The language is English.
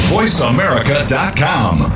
VoiceAmerica.com